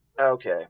Okay